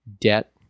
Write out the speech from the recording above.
debt